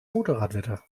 motorradwetter